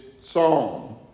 psalm